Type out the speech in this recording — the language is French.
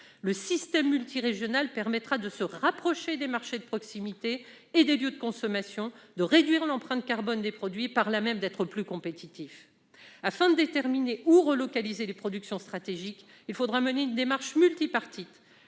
Le système multirégional permettra de se rapprocher des marchés de proximité et des lieux de consommation, de réduire l'empreinte carbone des produits et, par là même, d'être plus compétitif. Afin de déterminer où relocaliser les productions stratégiques, il faudra mener une démarche multipartite